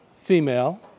female